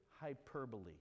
hyperbole